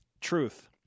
Truth